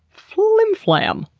flim-flam!